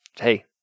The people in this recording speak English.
Hey